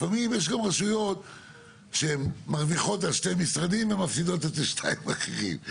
לפעמים יש גם רשויות שמרוויחות על שני משרדים ומפסידות על שניים אחרים.